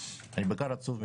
אני בעיקר עצוב מזה.